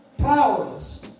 Powerless